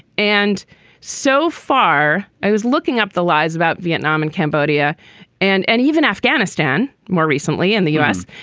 and so far, i was looking up the lies about vietnam and cambodia and and even afghanistan more recently in the u s.